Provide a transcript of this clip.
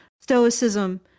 stoicism